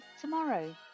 tomorrow